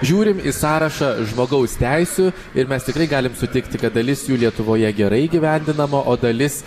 žiūrim į sąrašą žmogaus teisių ir mes tikrai galim sutikti kad dalis jų lietuvoje gerai įgyvendinama o dalis